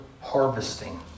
harvesting